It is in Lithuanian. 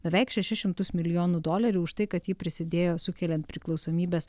beveik šešis šimtus milijonų dolerių už tai kad ji prisidėjo sukeliant priklausomybes